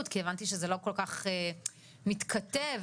אני חושב שברור שלכל מי שעוסקים בסוגייה הזאת,